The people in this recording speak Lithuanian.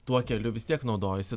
tuo keliu vis tiek naudojasi